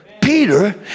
Peter